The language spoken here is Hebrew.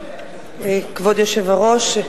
כבוד היושב-ראש,